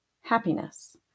happiness